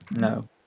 No